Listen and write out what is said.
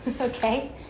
okay